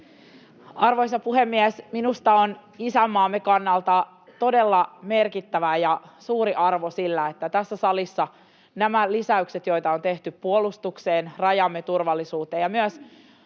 Arvoisa puhemies! Minusta on isänmaamme kannalta todella merkittävä ja suuri arvo sillä, että tässä salissa näillä lisäyksillä, joita on tehty puolustukseen, rajamme turvallisuuteen ja myös